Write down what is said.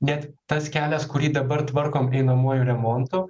net tas kelias kurį dabar tvarkom einamuoju remontu